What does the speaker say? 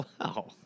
wow